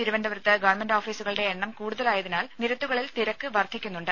തിരുവനന്തപുരത്ത് ഗവൺമെന്റ് ഓഫീസുകളുടെ എണ്ണം കൂടുതലായതിനാൽ നിരത്തുകളിൽ തിരക്ക് വർദ്ധിക്കുന്നുണ്ട്